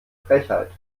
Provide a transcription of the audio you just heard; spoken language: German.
frechheit